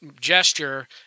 gesture